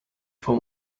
for